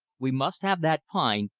we must have that pine,